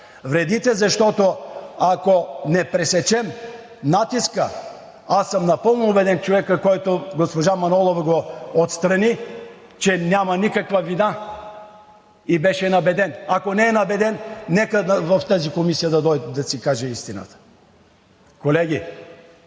вредите, защото, ако не пресечем натиска, аз съм напълно убеден в човека, който госпожа Манолова отстрани, че няма никаква вина и беше набеден. Ако не е набеден, нека да дойде в тази комисия и да си каже истината. Колеги,